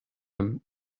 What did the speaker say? him